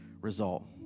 result